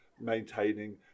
Maintaining